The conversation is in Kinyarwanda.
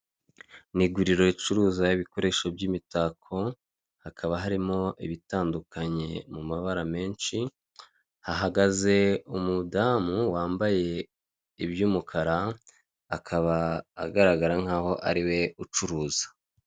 Ni iguriro ricuruza ibikoresho by'imitako, hakaba harimo ibitandukanye mu mabara menshi, hahagaze umudamu wambaye iby'umukara, akaba agaragara nk'aho ari we ucuruza.